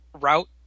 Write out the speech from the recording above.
route